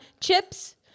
chips